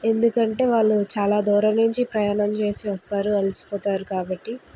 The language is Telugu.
ఎందుకంటే వాళ్ళు చాలా దూరం నుంచి ప్రయాణం చేసి వస్తారు అలసిపోతారు కాబట్టి